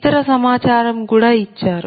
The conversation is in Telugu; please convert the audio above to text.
ఇతర సమాచారం కూడా ఇచ్చారు